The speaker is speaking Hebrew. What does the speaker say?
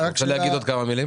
רוצה להגיד עוד כמה מילים